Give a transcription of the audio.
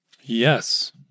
Yes